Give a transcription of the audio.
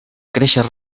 créixer